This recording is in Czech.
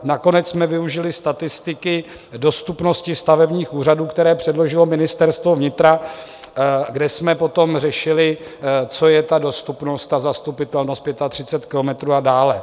Nakonec jsme využili statistiky dostupnosti stavebních úřadů, které předložilo Ministerstvo vnitra, kde jsme potom řešili, co je ta dostupnost a zastupitelnost 35 kilometrů a dále.